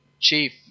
Chief